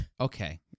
Okay